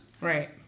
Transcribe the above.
Right